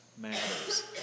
matters